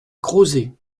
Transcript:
crozet